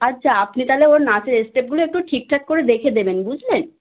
আচ্ছা আপনি তাহলে ওর নাচের স্টেপগুলো একটু ঠিকঠাক করে দেখে দেবেন বুঝলেন